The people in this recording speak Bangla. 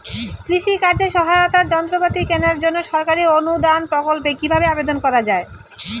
কৃষি কাজে সহায়তার যন্ত্রপাতি কেনার জন্য সরকারি অনুদান প্রকল্পে কীভাবে আবেদন করা য়ায়?